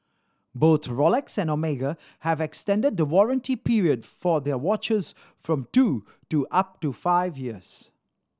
both Rolex and Omega have extended the warranty period for their watches from two to up to five years